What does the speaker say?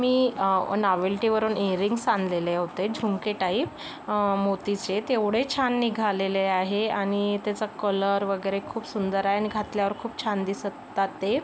मी नावेल्टीवरून इरिंग्स आणलेले होते झुमके टाईप मोतीचे ते एवढे छान निघालेले आहे आणि त्याचा कलर वगैरे खूप सुंदर आहे नि घातल्यावर खूप छान दिसतात ते